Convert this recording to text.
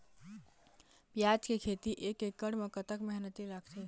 प्याज के खेती एक एकड़ म कतक मेहनती लागथे?